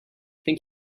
think